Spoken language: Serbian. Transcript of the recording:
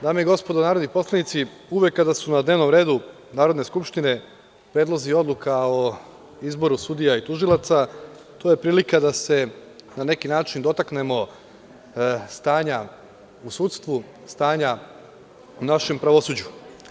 Dame i gospodo narodni poslanici, uvek kada su na dnevnom redu Narodne skupštine predlozi odluka o izboru sudija i tužilaca, to je prilika da se na neki način dotaknemo stanja u sudstvu, stanja u našem pravosuđu.